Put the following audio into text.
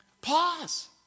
Pause